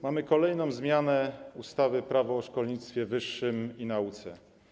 Mamy kolejną zmianę ustawy - Prawo o szkolnictwie wyższym i nauce.